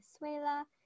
Venezuela